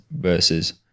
versus